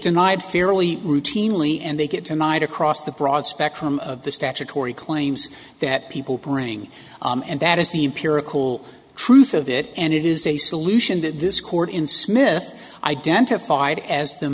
denied fairly routinely and they get tonight across the broad spectrum of the statutory claims that people bring and that is the empirical truth of it and it is a solution that this court in smith identified as the